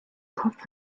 kopf